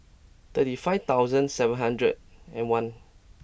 thirty five thousand seven hundred and one